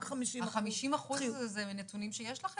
רק 50%. ה-50% זה מנתונים שיש לכם?